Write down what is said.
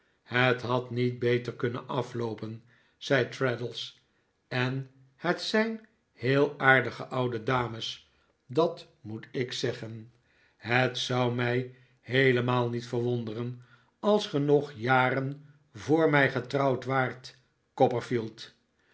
het had niet beter kunnen afloopen zei traddles en het zijn heel aardige oude dames dat moet ik zeggen het zou mij heelemaal niet verwonderen als ge nog jaren voor mij getrouwd waart